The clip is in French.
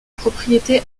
propriétés